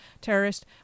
terrorist